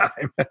time